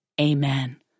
Amen